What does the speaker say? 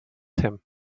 him